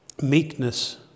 meekness